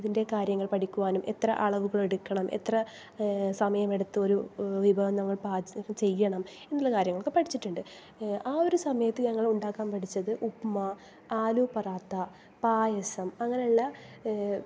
അതിൻ്റെ കാര്യങ്ങൾ പഠിക്കുവാനും എത്ര അളവുകൾ എടുക്കണം എത്ര സമയം എടുത്ത് ഒരു വിഭവം നമ്മൾ പാചകം ചെയ്യണം എന്നുള്ള കാര്യങ്ങളൊക്കെ പഠിച്ചിട്ടുണ്ട് ആ ഒരു സമയത്ത് ഞങ്ങൾ ഉണ്ടാക്കാൻ പഠിച്ചത് ഉപ്പ് മാ ആലൂ പൊറാത്ത പായസം അങ്ങനെഉള്ള